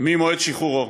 ממועד שחרורו.